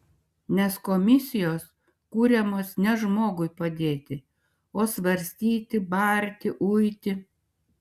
nes komisijos kuriamos ne žmogui padėti o svarstyti barti uiti